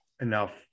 enough